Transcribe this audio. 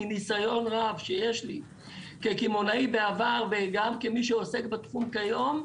מניסיון רב שיש לי כקמעונאי בעבר וגם כמי שעוסק בתחום כיום,